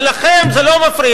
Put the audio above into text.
אבל לכם זה לא מפריע,